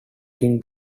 tin